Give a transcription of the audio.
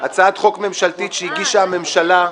הצעת חוק ממשלתית שהגישה הממשלה,